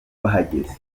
bahageze